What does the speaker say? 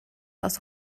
aus